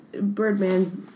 Birdman's